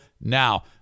Now